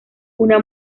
una